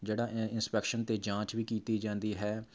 ਜਿਹੜਾ ਅ ਇੰਸਪੈਕਸ਼ਨ ਅਤੇ ਜਾਂਚ ਵੀ ਕੀਤੀ ਜਾਂਦੀ ਹੈ